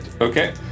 Okay